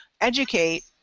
educate